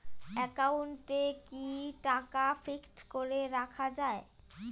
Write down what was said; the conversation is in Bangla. একাউন্টে কি টাকা ফিক্সড করে রাখা যায়?